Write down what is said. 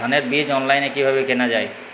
ধানের বীজ অনলাইনে কিভাবে কেনা যায়?